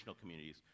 communities